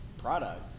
product